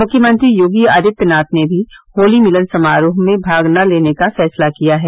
मुख्यमंत्री योगी आदित्यनाथ ने भी होली मिलन समारोहों में भाग न लेने का फैसला किया है